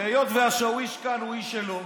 והיות והשאוויש כאן הוא איש שלו,